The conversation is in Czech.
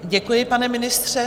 Děkuji, pane ministře.